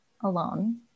alone